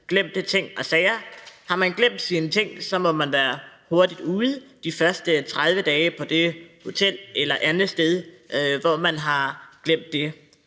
glemte ting og sager. Har man glemt sine ting, må man være hurtigt ude på det hotel eller andet sted, hvor man har glemt dem,